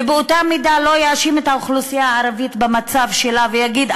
ובאותה מידה לא יאשים את האוכלוסייה הערבית במצב שלה ויגיד: